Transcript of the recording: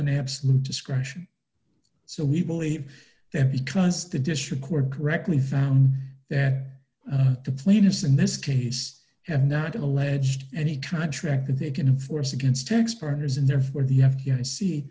and absolute discretion so we believe that because the district court correctly found that the plaintiffs in this case have not alleged any contract that they can force against tax partners in there for the f b i see